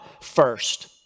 first